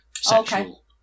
sexual